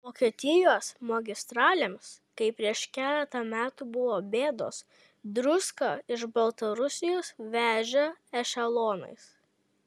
vokietijos magistralėms kai prieš keletą metų buvo bėdos druską iš baltarusijos vežė ešelonais